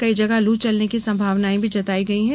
कई जगह लू चलने की संभावनायें भी जताई गई है